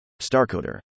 Starcoder